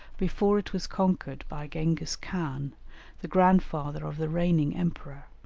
before it was conquered by gengis-khan, the grandfather of the reigning emperor.